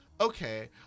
Okay